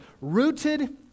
Rooted